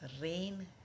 rain